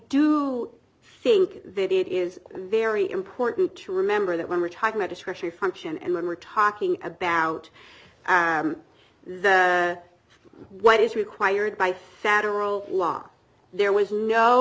do think that it is very important to remember that when we talk about especially function and when we're talking about the what is required by federal law there was no